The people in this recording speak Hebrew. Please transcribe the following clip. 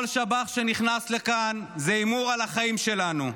כל שב"ח שנכנס לכאן זה הימור על החיים שלנו.